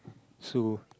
so